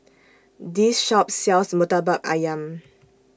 This Shop sells Murtabak Ayam